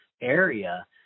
area